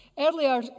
Earlier